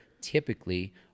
typically